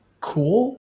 cool